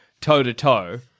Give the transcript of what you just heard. toe-to-toe